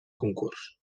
concurs